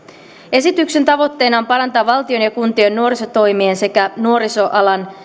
esityksen tavoitteena on parantaa valtion ja kuntien nuorisotoimien sekä nuorisoalan